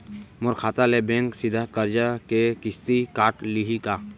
मोर खाता ले बैंक सीधा करजा के किस्ती काट लिही का?